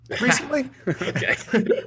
recently